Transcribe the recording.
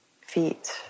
Feet